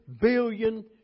billion